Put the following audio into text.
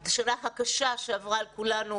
את השנה הקשה שעברה על כולנו,